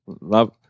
Love